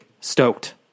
stoked